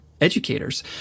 educators